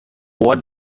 what